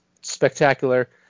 spectacular